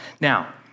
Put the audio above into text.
Now